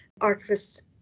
archivists